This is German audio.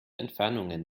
entfernungen